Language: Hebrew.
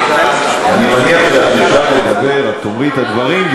אני מניח שאת נרשמת לדבר, חברת הכנסת רוזין.